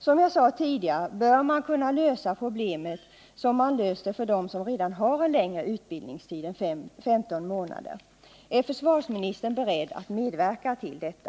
Som jag tidigare sagt borde man kunna lösa problemet på samma sätt som man löser problemen för dem som redan har en längre utbildningstid än 15 månader. Är försvarsministern beredd att medverka till detta?